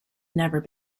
never